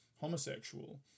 homosexual